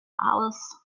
alice